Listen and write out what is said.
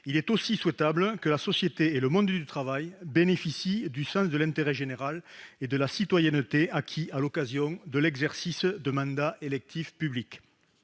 tout aussi souhaitable que la société et le monde du travail bénéficient du sens de l'intérêt général et de la citoyenneté acquis à l'occasion de l'exercice de mandats électifs publics.